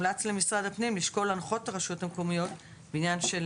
למשרד הפנים הומלץ לשקול להנחות את הרשויות המקומיות בעניין של